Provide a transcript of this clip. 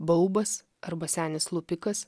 baubas arba senis lupikas